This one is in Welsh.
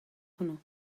hwnnw